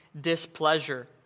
displeasure